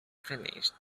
finished